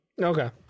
Okay